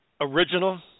original